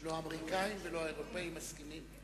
לא האמריקנים ולא האירופים מסכימים.